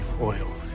oil